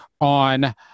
on